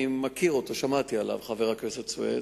אני מכיר אותו, שמעתי עליו, חבר הכנסת סוייד.